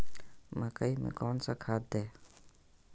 मकई में कौन सा खाद दे?